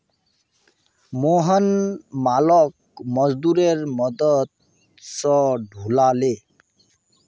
मोहन मालोक मजदूरेर मदद स ढूला ले